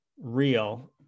real